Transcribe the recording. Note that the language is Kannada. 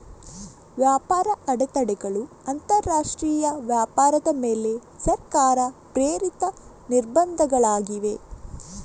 ವ್ಯಾಪಾರ ಅಡೆತಡೆಗಳು ಅಂತರಾಷ್ಟ್ರೀಯ ವ್ಯಾಪಾರದ ಮೇಲೆ ಸರ್ಕಾರ ಪ್ರೇರಿತ ನಿರ್ಬಂಧಗಳಾಗಿವೆ